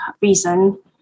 reason